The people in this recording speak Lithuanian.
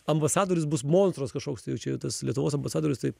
ambasadorius bus monstras kažkoks tai jau čia jau tas lietuvos ambasadorius taip